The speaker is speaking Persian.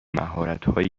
مهارتهایی